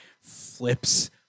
flips